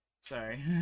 Sorry